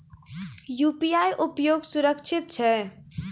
UPI उपयोग सुरक्षित छै?